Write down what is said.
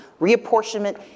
reapportionment